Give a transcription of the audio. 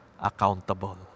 accountable